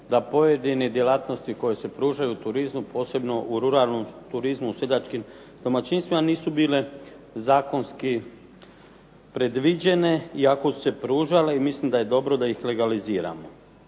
da pojedine djelatnosti koje se pružaju u turizmu posebno u ruralnom turizmu u seljačkim domaćinstvima nisu bile zakonski predviđene i ako su se pružale mislim da je dobro da ih legaliziramo.